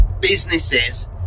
businesses